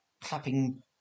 clapping